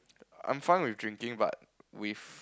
I'm fine with drinking but with